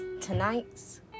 tonight's